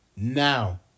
Now